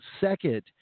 second